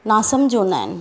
नासम्झि हूंदा आहिनि